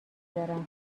دارم